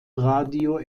radio